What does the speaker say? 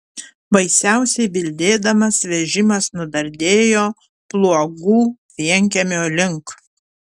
baisiausiai bildėdamas vežimas nudardėjo pluogų vienkiemio link